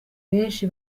benshi